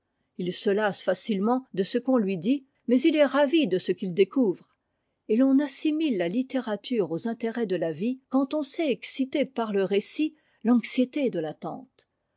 h se lasse facilement de ce qu'on lui dit mais il est ravi de ce qu'il découvre et l'on assiniile la littérature aux intérêts de la vie quand on sait exciter par le récit i'anxiété de l'attente